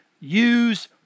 use